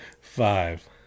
Five